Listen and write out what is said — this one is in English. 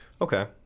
Okay